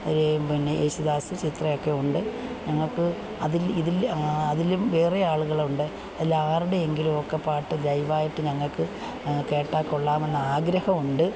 അതീ പിന്നെ യേശുദാസ് ചിത്രയൊക്കെ ഉണ്ട് ഞങ്ങള്ക്ക് അതില് ഇതില് അതിലും വേറെയാളുകളുണ്ട് അതിലാരുടെയെങ്കിലും ഒക്കെ പാട്ട് ലൈവായിട്ട് ഞങ്ങള്ക്ക് കേട്ടാക്കൊള്ളാമെന്നാഗ്രഹമുണ്ട്